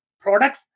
products